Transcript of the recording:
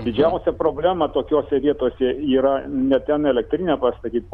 didžiausia problema tokiose vietose yra ne ten elektrinę pastatyt